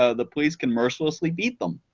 ah the police can mercilessly beat them.